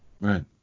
right